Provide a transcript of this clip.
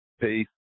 Peace